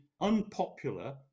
unpopular